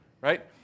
right